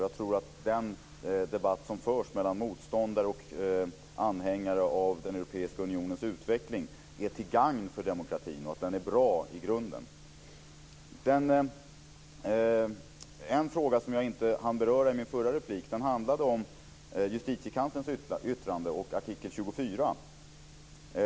Jag tror att den debatt som förs mellan motståndare och anhängare av den europeiska unionens utveckling är till gagn för demokratin och att den är bra i grunden. En fråga som jag inte hann beröra i min förra replik handlade om Justitiekanslerns yttrande och artikel 24.